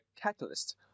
catalyst